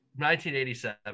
1987